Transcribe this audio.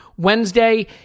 Wednesday